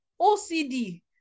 OCD